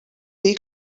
dir